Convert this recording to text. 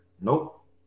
Nope